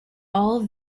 all